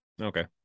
Okay